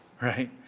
right